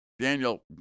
Daniel